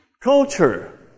culture